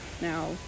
Now